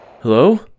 Hello